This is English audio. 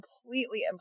completely